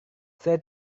saya